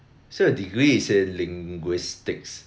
so your degree is in linguistics